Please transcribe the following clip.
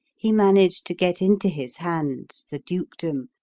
he managed to get into his hands the dukedom,